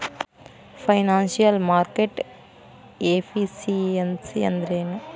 Financial market efficiency ಅಂದ್ರೇನು?